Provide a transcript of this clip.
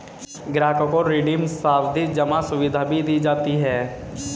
ग्राहकों को रिडीम सावधी जमा सुविधा भी दी जाती है